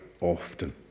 often